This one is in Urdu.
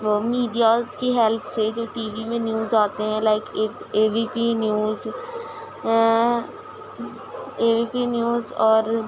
میڈیاز کی ہیلپ سے جو ٹی وی میں نیوز آتے ہیں like A B P news A B P news اور